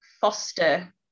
foster